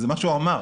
זה מה שהוא אמר,